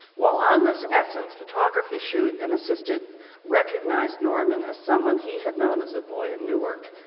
while on this essence photography shoot an assistant recognized norman as someone he had known as a boy in newark,